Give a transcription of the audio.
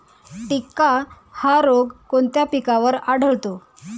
टिक्का हा रोग कोणत्या पिकावर आढळतो?